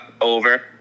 over